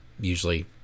usually